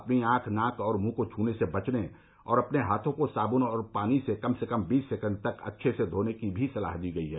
अपनी आंख नाक और मृंह को छूने से बचने और अपने हाथों को साब्न और पानी से कम से कम बीस सेकेण्ड तक अच्छे से धोने की भी सलाह दी गई है